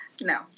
No